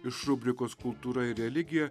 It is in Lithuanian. iš rubrikos kultūra ir religija